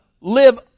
live